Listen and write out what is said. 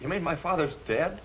you made my father's dead